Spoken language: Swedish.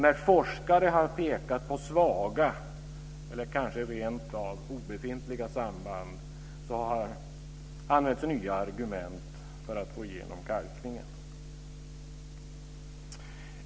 När forskare har pekat på svaga eller kanske rentav obefintliga samband har man använt nya argument för att få igenom kalkningen.